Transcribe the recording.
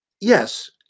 yes